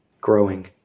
growing